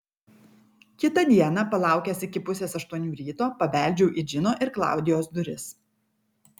kitą dieną palaukęs iki pusės aštuonių ryto pabeldžiau į džino ir klaudijos duris